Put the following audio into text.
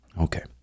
okay